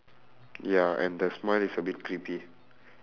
ya and the smile is a bit creepy